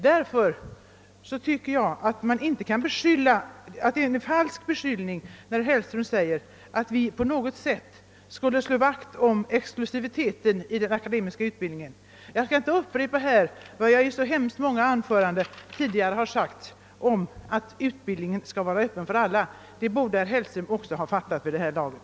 Därför tycker jag att herr Hellströms beskyllning att vi skulle slå vakt om exklusiviteten i den akademiska utbildningen är falsk. Jag skall inte här upprepa vad jag i så många tidigare anföranden i dag sagt om att utbildningen bör vara öppen för alla. Det borde herr Hellström också ha fattat vid det här laget.